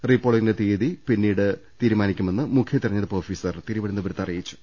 re പോളിങിന്റെ തീയ്യതി പിന്നീട് തീരുമാനിക്കുമെന്ന് മുഖ്യ തിരഞ്ഞെടുപ്പ് ഓഫീസർ തിരുവന ന്തപുരത്ത് അറിയിച്ചു